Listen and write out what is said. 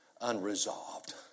unresolved